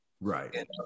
Right